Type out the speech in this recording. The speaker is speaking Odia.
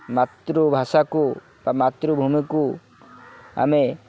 ମାତୃଭାଷାକୁ ବା ମାତୃଭୂମିକୁ ଆମେ